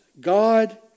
God